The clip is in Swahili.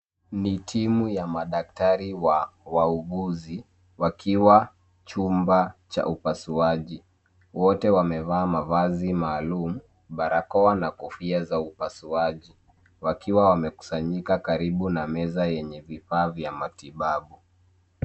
Ni kikundi cha madaktari wa upasuaji wakiwa ndani ya chumba cha upasuaji. Wote wamevaa mavazi maalum na barakoa za kufanyia upasuaji. Wamekusanyika karibu na meza ya upasuaji.